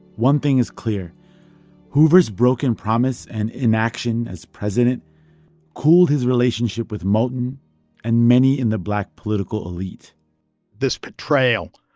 one thing is clear hoover's broken promise and inaction as president cooled his relationship with moton and many in the black political elite this betrayal,